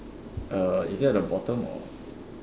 uh is it at the bottom or